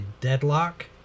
Deadlock